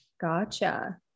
Gotcha